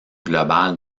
globale